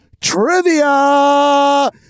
trivia